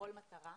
לכל מטרה.